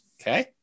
okay